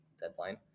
deadline